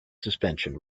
suspension